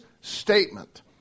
statement